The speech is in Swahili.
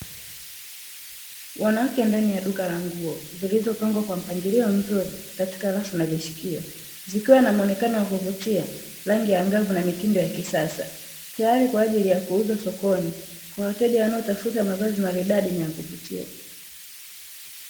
Wanawake ndani ya duka la nguo zilizopangwa kwa mpangilio mzuri katika rafu na vishikio, zikiwa na muonekano wa kuvutia, rangi ya angavu na mitindo ya kisasa. Tayari kwa ajili ya kuuzwa sokoni kwa wateja wanaotafuta mavazi maridadi na ya kuvutia.